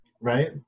right